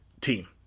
team